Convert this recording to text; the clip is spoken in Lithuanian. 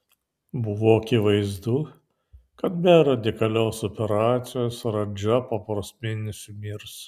buvo akivaizdu kad be radikalios operacijos radža po poros mėnesių mirs